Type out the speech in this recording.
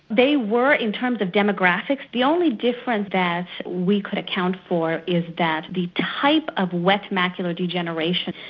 they were in terms of demographics. the only difference that we could account for is that the type of wet macular degeneration,